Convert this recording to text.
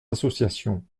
associations